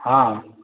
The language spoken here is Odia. ହଁ